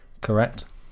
correct